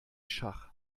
schach